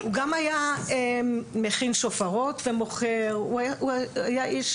הוא גם היה מכין שופרות ומוכר, הוא היה איש,